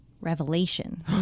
revelation